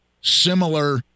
similar